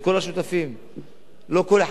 לא כל אחד מחברי הכנסת, כל אחת מהסיעות.